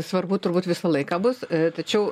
svarbu turbūt visą laiką bus tačiau